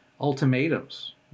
ultimatums